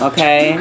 Okay